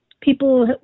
people